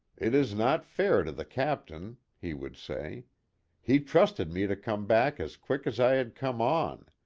it is not fair to the captain, he would say he trusted me to come back as quick as i had come on.